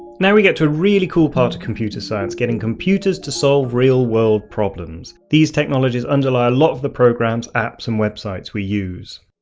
now we get to a really cool part of computer science, getting computers to solve real world problems. these technologies underlie a lot of the programs, apps and websites we use.